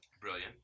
Brilliant